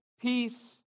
peace